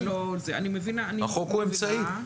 החוק הוא אמצעי.